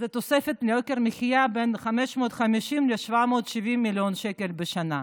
זה תוספת ליוקר המחיה של בין 550 ל-770 מיליון שקל בשנה,